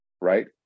right